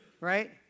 Right